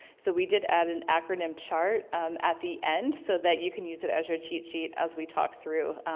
so we did add an acronym chart at the end so that you can use it as your cheat-sheet as we talk through,